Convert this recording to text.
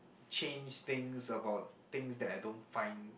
change things about things that I don't find